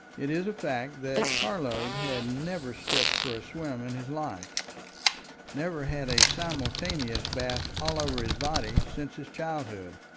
it is a fact that parload had never stripped for a swim in his life never had a simultaneous bath all over his body since his childhood.